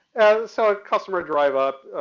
so a customer'd drive up,